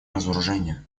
разоружения